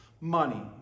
Money